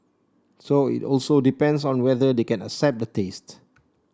so it also depends on whether they can accept the taste